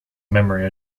memory